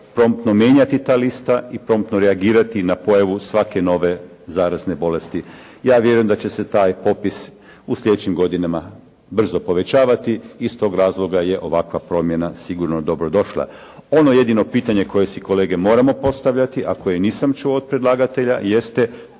promptno mijenjati ta lista i promptno reagirati na pojavu svake nove zarazne bolesti. Ja vjerujem da će se taj popis u sljedećim godinama brzo povećavati, iz tog razloga je ovakva promjena sigurno dobrodošla. Ono jedino pitanje koje si, kolege moramo postavljati, a koje nisam čuo od predlagatelja jeste